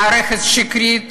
מערכת שקרית